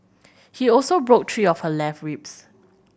he also broke three of her left ribs